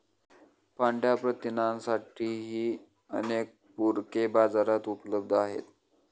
पांढया प्रथिनांसाठीही अनेक पूरके बाजारात उपलब्ध आहेत